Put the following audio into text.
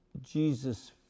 Jesus